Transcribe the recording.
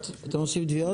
אתם עושים תביעות?